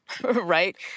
right